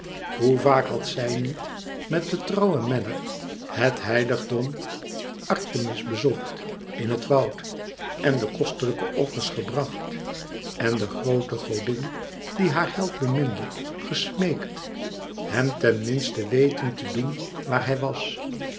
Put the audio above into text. hoe vaak had zij niet met den trouwen menner het heiligdom artemis bezocht in het woud en de kostelijke offers gebracht en de groote godin die haar held beminde gesmeekt hen ten minste weten te doen waar hij was